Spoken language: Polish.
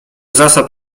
zasad